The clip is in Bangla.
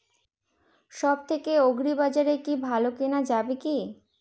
সব থেকে আগ্রিবাজারে কি ভালো কেনা যাবে কি?